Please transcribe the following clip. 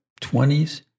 20s